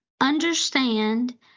understand